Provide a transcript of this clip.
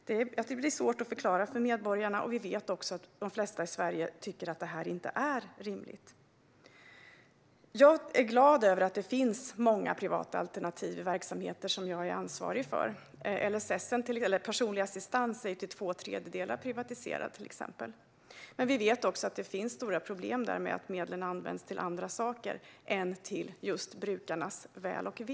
Det blir svårt att förklara detta för medborgarna, och vi vet också att de flesta i Sverige tycker att det här inte är rimligt. Jag är glad över att det finns många privata alternativ i verksamheter som jag är ansvarig för. Exempelvis LSS, personlig assistans, är till två tredjedelar privatiserat. Vi vet också att det där finns stora problem med att medlen används till andra saker än till brukarnas väl och ve.